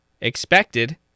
expected